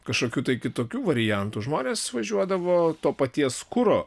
kažkokių tai kitokių variantų žmonės važiuodavo to paties kuro